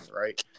right